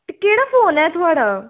केह्ड़ा फोन ऐ थुआढ़ा